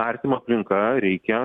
artima aplinka reikia